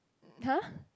!huh!